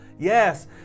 yes